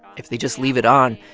if they just leave it on,